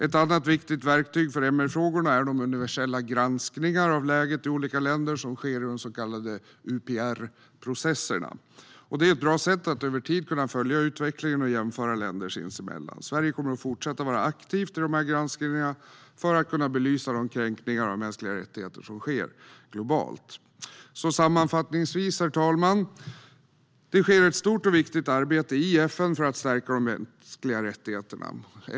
Ett annat viktigt verktyg för MR-frågorna är de universella granskningar av läget i olika länder som sker i de så kallade UPR-processerna. Det är ett bra sätt att över tid kunna följa utvecklingen och jämföra länder sinsemellan. Sverige kommer att fortsätta att vara aktivt i dessa granskningar för att kunna belysa de kränkningar av mänskliga rättigheter som sker globalt. Sammanfattningsvis, herr talman: Det sker ett stort och viktigt arbete i FN för att stärka de mänskliga rättigheterna.